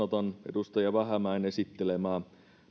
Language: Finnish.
edustaja vähämäen esittelemää